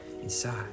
inside